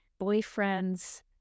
boyfriends